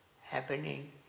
happening